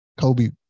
Kobe